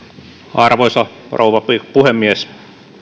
arvoisa rouva puhemies